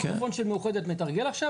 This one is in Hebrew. למשל בכל תרגול שמאוחדת מתרגל עכשיו